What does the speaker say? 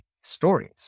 stories